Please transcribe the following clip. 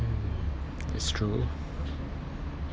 mm it's true